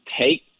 take